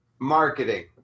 marketing